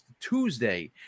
Tuesday